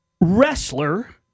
wrestler